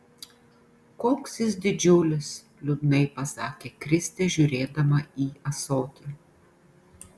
koks jis didžiulis liūdnai pasakė kristė žiūrėdama į ąsotį